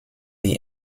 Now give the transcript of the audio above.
die